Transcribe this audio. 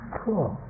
cool